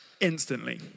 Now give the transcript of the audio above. instantly